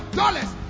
dollars